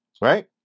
Right